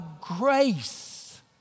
grace